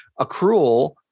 accrual